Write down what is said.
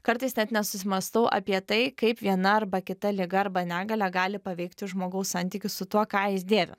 kartais net nesusimąstau apie tai kaip viena arba kita liga arba negalia gali paveikti žmogaus santykį su tuo ką jis dėvi